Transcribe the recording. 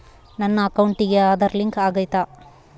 ನನ್ನ ಅಕೌಂಟಿಗೆ ಆಧಾರ್ ಲಿಂಕ್ ಆಗೈತಾ?